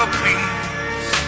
please